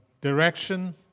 direction